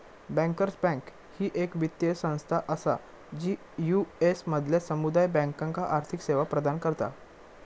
bankers bank ही येक वित्तीय संस्था असा जी यू.एस मधल्या समुदाय बँकांका आर्थिक सेवा प्रदान करता